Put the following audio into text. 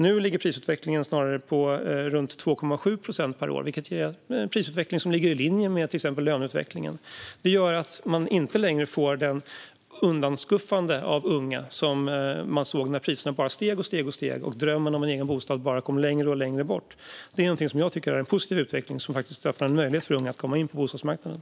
Nu ligger prisutvecklingen snarare runt 2,7 procent per år, vilket ligger i linje med till exempel löneutvecklingen. Det innebär att man inte längre får ett sådant undanskuffande av unga, som vi kunde se när priserna bara steg och steg och drömmen om en egen bostad kom längre och längre bort. Det tycker jag är en positiv utveckling som öppnar för att ge unga en möjlighet att komma in på bostadsmarknaden.